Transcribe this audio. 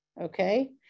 Okay